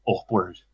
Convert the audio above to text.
upward